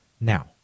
Now